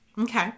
Okay